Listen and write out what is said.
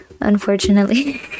Unfortunately